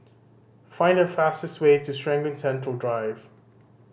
find the fastest way to Serangoon Central Drive